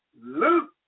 Luke